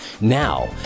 Now